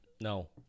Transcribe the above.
No